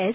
S